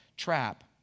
trap